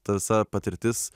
ta visa patirtis